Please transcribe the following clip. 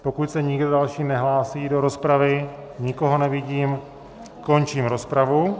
Pokud se nikdo další nehlásí do rozpravy, nikoho nevidím, končím rozpravu.